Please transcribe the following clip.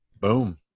Boom